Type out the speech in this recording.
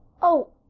oh